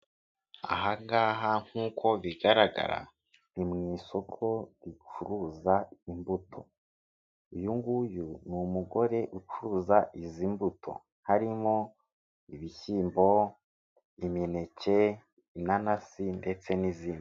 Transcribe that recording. Aha ngaha nk'uko bigaragara ni mu isoko ricuruza imbuto uyu nguyu ni umugore ucuruza izi mbuto harimo ibishyimbo, imineke, inanasi ndetse n'izindi.